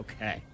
Okay